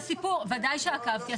בוודאי שעקבתי.